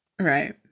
right